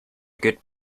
good